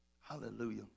Hallelujah